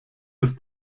ist